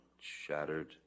shattered